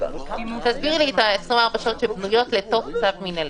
תסבירי לי את ה-24 שעות בצו המינהלי.